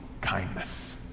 kindness